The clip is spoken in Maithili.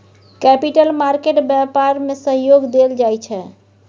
कैपिटल मार्केट व्यापार में सहयोग देल जाइ छै